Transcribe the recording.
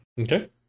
Okay